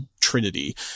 trinity